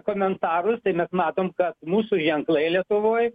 komentarus tai mes matom kad mūsų ženklai lietuvoj